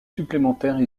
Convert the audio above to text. supplémentaires